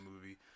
movie